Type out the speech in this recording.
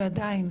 ועדיין,